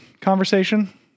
conversation